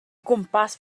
gwmpas